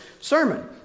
sermon